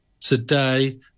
today